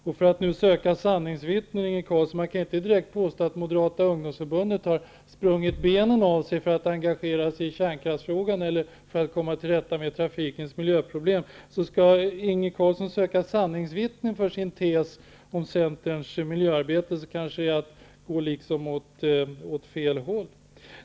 Om man vill söka sanningsvittnen kan man inte direkt påstå att Moderata ungdomsförbundet har sprungit benen av sig för att engagera sig i kärnkraftsfrågan eller för att komma till rätta med trafikens miljöproblem. Om Inge Carlsson skall söka sanningsvittnen för sin tes om Centerns miljöarbete är det kanske att gå åt fel håll.